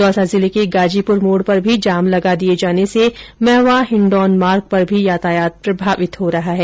दौसा जिले के गाजीपुर मोड पर भी जाम लगा दिये जाने से महआ हिंडोन मार्ग पर भी यातायात प्रभावित हो रहा है